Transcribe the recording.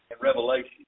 Revelation